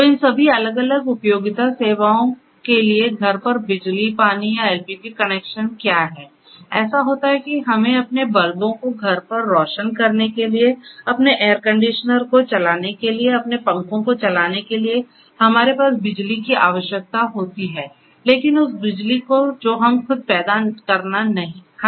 तो इन सभी अलग अलग उपयोगिता सेवाओं के लिए घर पर बिजली पानी या एलपीजी कनेक्शन क्या हैं ऐसा होता है कि हमें अपने बल्बों को घर पर रोशन करने के लिए अपने एयर कंडीशनर को चलाने के लिए अपने पंखों को चलाने के लिए हमारे पास बिजली की आवश्यकता होती है लेकिन उस बिजली को जो हमें खुद पैदा करना नहीं है